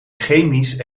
chemisch